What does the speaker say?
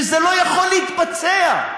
שזה לא יכול להתבצע.